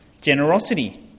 generosity